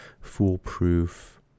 foolproof